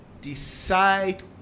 Decide